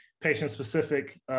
patient-specific